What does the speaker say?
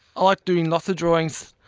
ah like doing lots of drawings,